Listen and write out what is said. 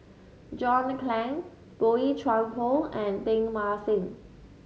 John Clang Boey Chuan Poh and Teng Mah Seng